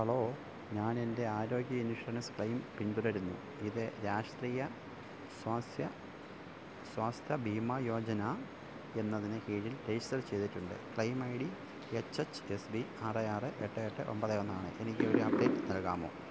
hello ഞാൻ എൻ്റെ ആരോഗ്യ ഇൻഷുറൻസ് ക്ലെയിം പിന്തുടരുന്നു ഇത് രാഷ്ട്രീയ സ്വാസ്ഥ്യ ബീമാ യോജന എന്നതിന് കീഴിൽ രജിസ്റ്റർ ചെയ്തിട്ടുണ്ട് claim I D H H S B ആറ് ആറ് എട്ട് എട്ട് ഒമ്പത് ഒന്ന് ആണ് എനിക്ക് ഒരു അപ്ഡേറ്റ് നൽകാമോ